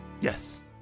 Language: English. Yes